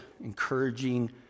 encouraging